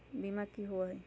बीमा की होअ हई?